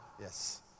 Yes